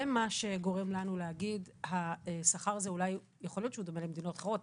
זה מה שגורם לנו להגיד: יכול להיות שהשכר הזה דומה למדינות אחרות,